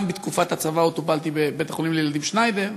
גם בתקופת הצבא עוד טופלתי בבית-החולים לילדים שניידר,